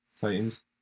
Titans